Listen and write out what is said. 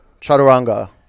chaturanga